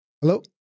Hello